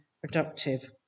productive